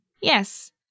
yes